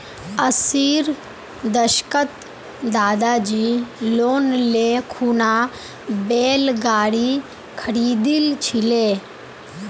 अस्सीर दशकत दादीजी लोन ले खूना बैल गाड़ी खरीदिल छिले